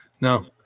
No